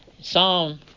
Psalm